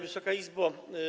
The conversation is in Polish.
Wysoka Izbo!